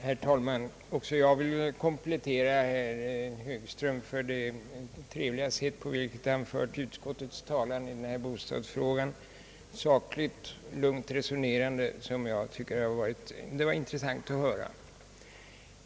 Herr talman! Också jag vill komplimentera herr Högström för det trevliga sätt på vilket han fört utskottets talan i bostadsfrågan: sakligt, lugnt resonerande. Jag tycker det var intressant att åhöra det.